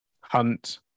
Hunt